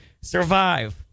survive